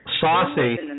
Saucy